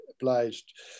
obliged